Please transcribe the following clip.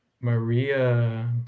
Maria